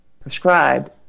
prescribed